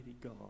god